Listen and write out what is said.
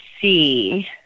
see